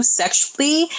sexually